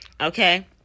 okay